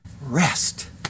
rest